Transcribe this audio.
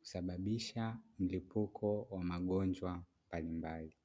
husababisha mlipuko wa magonjwa mbalimbali.